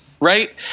right